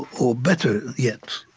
or better yet,